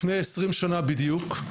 לפני 20 שנה בדיוק,